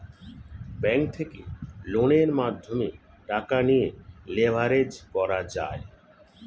bank থেকে লোনের মাধ্যমে টাকা নিয়ে লেভারেজ করা যায়